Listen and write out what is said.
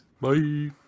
Bye